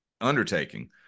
undertaking